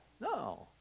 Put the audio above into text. No